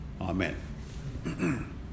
amen